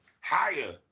higher